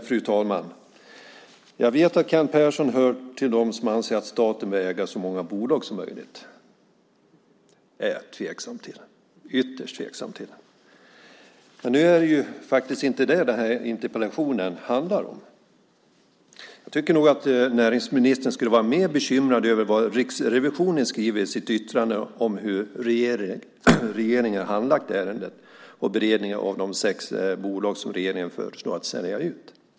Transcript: Fru talman! Näringsministern säger: "Jag vet att Kent Persson hör till dem som anser att staten bör äga så många bolag som möjligt." Det är jag ytterst tveksam till. Men det är faktiskt inte det som min interpellation handlar om. Jag tycker nog att näringsministern skulle vara mer bekymrad över vad Riksrevisionen skriver i sitt yttrande över hur regeringen handlagt ärendet och över beredningen av de sex bolag som regeringen föreslår för utförsäljning.